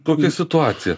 kokia situacija